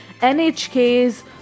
NHK's